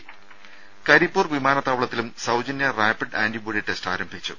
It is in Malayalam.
രമ കരിപ്പൂർ വിമാനത്താവളത്തിലും സൌജന്യ റാപ്പിഡ് ആന്റിബോഡി ടെസ്റ്റ് ആരംഭിച്ചു